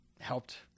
helped